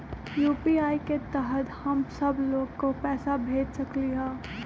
UPI के तहद हम सब लोग को पैसा भेज सकली ह?